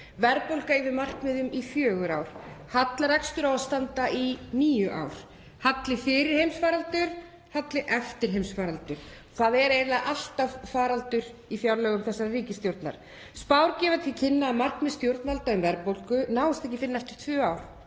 verðbólga yfir markmiði í fjögur ár og hallarekstur á að standa í níu ár. Halli fyrir heimsfaraldur, halli eftir heimsfaraldur. Það er eiginlega alltaf faraldur í fjárlögum þessarar ríkisstjórnar. Spár gefa til kynna að markmið stjórnvalda um verðbólgu náist ekki fyrr en eftir tvö ár,